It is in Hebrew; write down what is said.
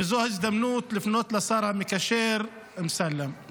וזו ההזדמנות לפנות לשר המקשר אמסלם.